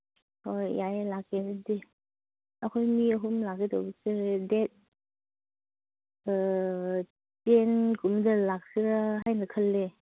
ꯍꯣꯏ ꯌꯥꯏꯌꯦ ꯂꯥꯛꯀꯦ ꯑꯗꯨꯗꯤ ꯑꯩꯈꯣꯏ ꯃꯤ ꯑꯍꯨꯝ ꯂꯥꯛꯛꯦ ꯇꯧꯕꯁꯦ ꯗꯦꯠ ꯇꯦꯟꯒꯨꯝꯕꯗ ꯂꯥꯛꯁꯤꯔꯥ ꯍꯥꯏꯅ ꯈꯜꯂꯦ